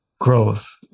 growth